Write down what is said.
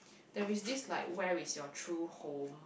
there is this like where is your true home